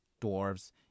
dwarves